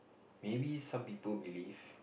maybe some people believe